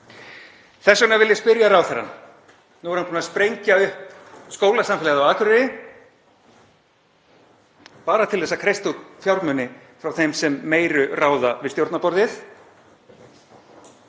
Þess vegna vil ég spyrja ráðherrann: Nú hann búinn að sprengja upp skólasamfélagið á Akureyri bara til að kreista út fjármuni frá þeim sem meiru ráða við stjórnarborðið